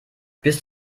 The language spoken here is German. bist